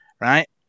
right